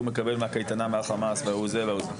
מקבל מהקייטנה מהחמאס וההוא זה וההוא זה.